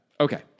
Okay